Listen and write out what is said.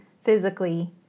physically